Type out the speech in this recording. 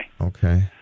Okay